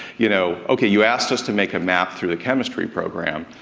you know, okay, you asked us to make a map through the chemistry program,